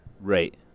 Right